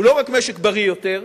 הוא לא רק משק בריא יותר,